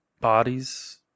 bodies